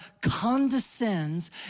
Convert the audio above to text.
condescends